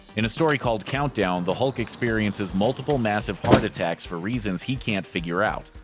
in a story called countdown, the hulk experiences multiple massive heart attacks for reasons he can't figure out.